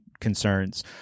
concerns